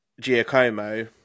Giacomo